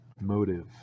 Motive